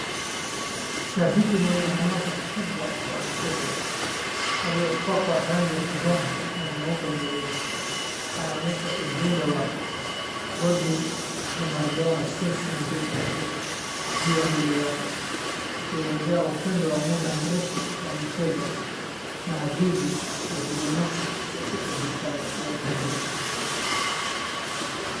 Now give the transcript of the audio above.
Shabiki mwenye hamasa kubwa wa michezo aliyopakwa rangi ya kijani na nyeupe mwilini. Anaonesha ujumbe wa "Gor mahia Die maradona since 1968" juu ya mwili wake. Ukielezea upendo wa muda mrefu wa mchezo na hadithi ya kibinafsi ya ushabiki.